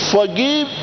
Forgive